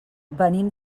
venim